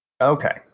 Okay